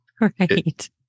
Right